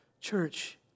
church